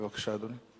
בבקשה, אדוני.